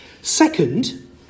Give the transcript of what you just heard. Second